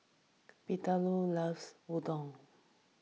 Bettylou loves Udon